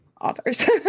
authors